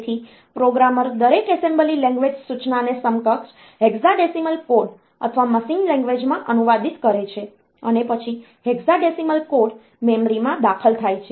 તેથી પ્રોગ્રામર દરેક assembly language સૂચનાને સમકક્ષ હેક્સાડેસિમલ કોડ અથવા મશીન લેંગ્વેજમાં અનુવાદિત કરે છે અને પછી હેક્સાડેસિમલ કોડ મેમરીમાં દાખલ થાય છે